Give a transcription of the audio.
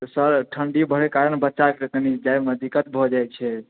sir ठण्ढी बढ़ै कारण बच्चा के कनी जाइमे दिक्कत भऽ जाइ छै